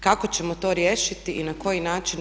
Kako ćemo to riješiti i na koji način?